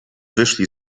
wyszli